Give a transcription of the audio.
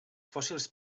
fòssils